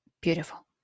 Beautiful